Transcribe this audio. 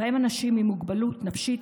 ובהם אנשים עם מוגבלות נפשית,